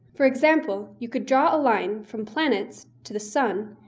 for example, you could draw a line from planets to the sun,